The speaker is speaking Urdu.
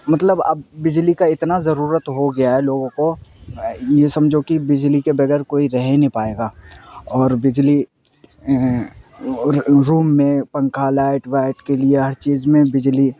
مطلب اب بجلی کا اتنا ضرورت ہو گیا ہے لوگوں کو یہ سمجھو کہ بجلی کے بغیر کوئی رہ ہی نہیں پائے گا اور بجلی روم میں پنکھا لائٹ وائٹ کے لیے ہر چیز میں بجلی